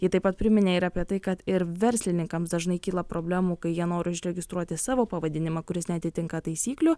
ji taip pat priminė ir apie tai kad ir verslininkams dažnai kyla problemų kai jie nori užregistruoti savo pavadinimą kuris neatitinka taisyklių